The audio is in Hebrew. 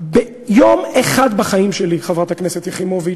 יום אחד בחיים שלי, חברת הכנסת יחימוביץ,